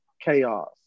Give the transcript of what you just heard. chaos